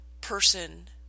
person